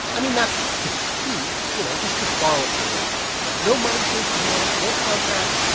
i mean, not to keep, you know, just to borrow it for a little while. like, no money changing hands, no contract,